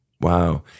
Wow